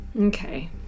Okay